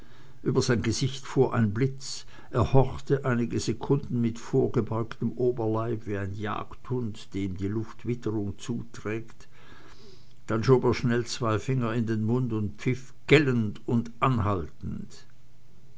über sein gesicht fuhr ein blitz er horchte einige sekunden mit vorgebeugtem oberleib wie ein jagdhund dem die luft witterung zuträgt dann schob er schnell zwei finger in den mund und pfiff gellend und anhaltend